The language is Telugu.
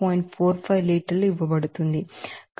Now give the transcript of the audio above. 45 లీటర్లు ఇవ్వబడుతుంది